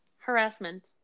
harassment